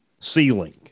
ceiling